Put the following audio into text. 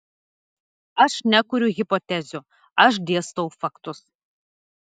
aš nekuriu hipotezių aš dėstau faktus